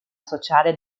sociale